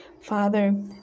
father